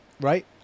right